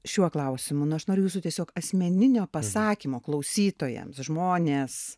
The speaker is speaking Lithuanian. šiuo klausimu nu aš noriu jūsų tiesiog asmeninio pasakymo klausytojams žmonės